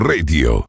Radio